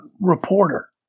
reporter